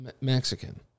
Mexican